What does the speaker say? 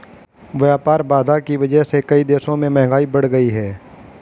व्यापार बाधा की वजह से कई देशों में महंगाई बढ़ गयी है